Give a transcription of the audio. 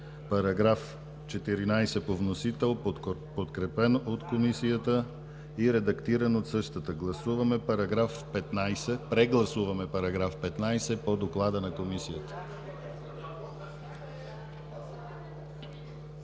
§ 14 по вносител, подкрепен от Комисията и редактиран от нея. Прегласуваме § 15 по доклада на Комисията.